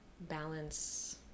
balance